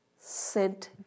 sent